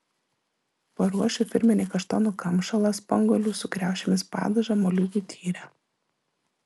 paruošiu firminį kaštonų kamšalą spanguolių su kriaušėmis padažą moliūgų tyrę